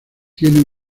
tiene